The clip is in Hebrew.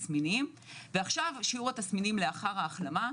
עכשיו שיעור התסמינים לאחר ההחלמה.